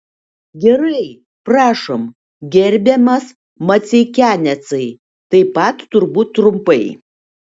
gerai prašom gerbiamas maceikianecai taip pat turbūt trumpai